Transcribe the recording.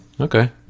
okay